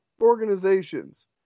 organizations